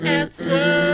answer